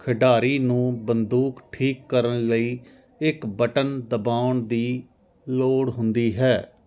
ਖਿਡਾਰੀ ਨੂੰ ਬੰਦੂਕ ਠੀਕ ਕਰਨ ਲਈ ਇੱਕ ਬਟਨ ਦਬਾਉਣ ਦੀ ਲੋੜ ਹੁੰਦੀ ਹੈ